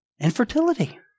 Infertility